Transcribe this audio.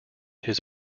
his